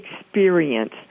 experience